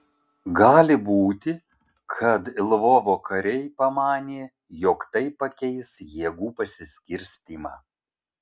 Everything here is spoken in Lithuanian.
gali būti kad lvovo kariai pamanė jog tai pakeis jėgų pasiskirstymą